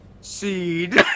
seed